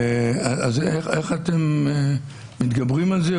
איך אתם מתגברים על זה?